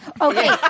Okay